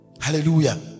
Hallelujah